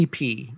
EP